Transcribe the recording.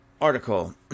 article